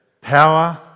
power